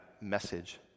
message